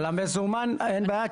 על מזומן אין בעיה,